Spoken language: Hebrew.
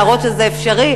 ולהראות שזה אפשרי.